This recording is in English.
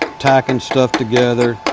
tacking stuff together,